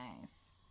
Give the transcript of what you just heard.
nice